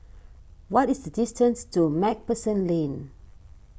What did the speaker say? what is the distance to MacPherson Lane